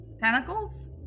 Tentacles